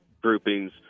groupings